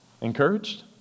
Encouraged